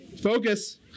focus